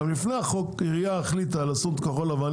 גם לפני החוק כשהעירייה החליטה לעשות כחול לבן,